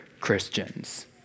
Christians